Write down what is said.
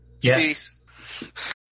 Yes